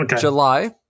july